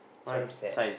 so I'm sad